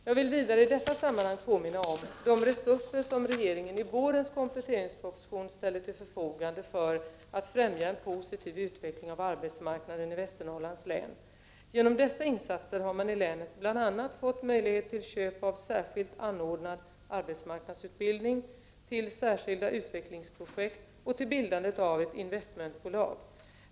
Jag vill vidare i detta sammanhang påminna om de resurser som regeringen i vårens kompletteringsproposition ställde till förfogande för att främja en positiv utveckling av arbetsmarknaden i Västernorrlands län. Genom dessa insatser har man i länet bl.a. fått möjlighet till köp av särskilt anordnad arbetsmarknadsutbildning, till särskilda utvecklingsprojekt och till bildande av ett investmentbolag.